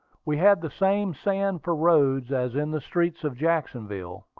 we had the same sand for roads as in the streets of jacksonville.